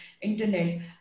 internet